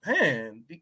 man